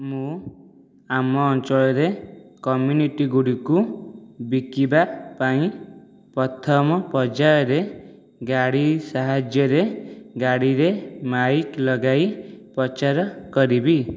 ମୁଁ ଆମ ଅଞ୍ଚଳରେ କମ୍ୟୁନିଟି ଗୁଡ଼ିକୁ ବିକିବା ପାଇଁ ପ୍ରଥମ ପର୍ଯ୍ୟାୟରେ ଗାଡ଼ି ସାହାଯ୍ୟରେ ଗାଡ଼ିରେ ମାଇକ୍ ଲଗାଇ ପ୍ରଚାର କରିବି